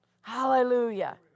Hallelujah